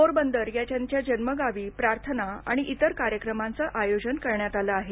पोरबंदर या त्यांच्या जन्मगावी प्रार्थना आणि इतर कार्यक्रमांचं आयोजन करण्यात आलं आहे